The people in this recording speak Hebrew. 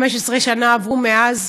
15 שנה עברו מאז,